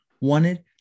wanted